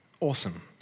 Awesome